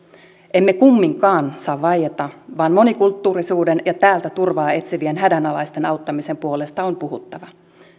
emme kumminkaan saa vaieta vaan monikulttuurisuuden ja täältä turvaa etsivien hädänalaisten auttamisen puolesta on puhuttava